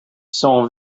sont